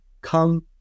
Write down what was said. come